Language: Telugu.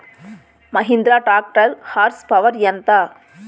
మహీంద్రా ట్రాక్టర్ హార్స్ పవర్ ఎంత?